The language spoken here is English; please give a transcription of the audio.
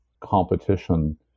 competition